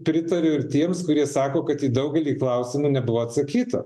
pritariu ir tiems kurie sako kad į daugelį klausimų nebuvo atsakyta